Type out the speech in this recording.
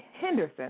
Henderson